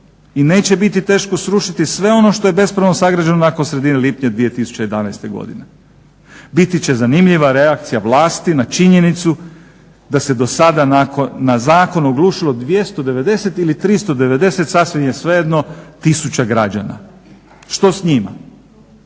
i neće biti teško srušiti sve ono što je bespravno sagrađeno nakon sredine lipnja 2011.godine. biti će zanimljiva reakcija vlasti na činjenicu da se do sada na zakon oglušilo 290 ili 390 sasvim je svejedno tisuća građana. Što s njima?